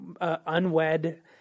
unwed